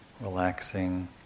relaxing